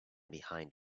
behind